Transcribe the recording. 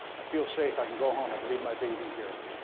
i feel safe. i can go home. i can leave my baby here.